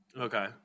Okay